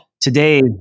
Today